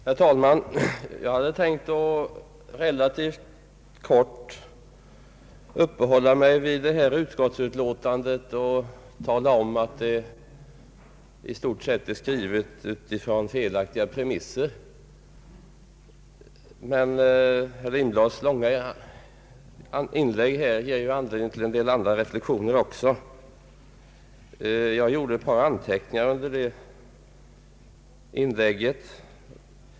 Herr talman! Jag hade tänkt att relativt kort uppehålla mig vid detta utskottsutlåtande och tala om att det i stort sett är skrivet utifrån felaktiga premisser. Men herr Lindblads långa inlägg ger också anledning till en del andra reflexioner. Jag gjorde några anteckningar under herr Lindblads inlägg.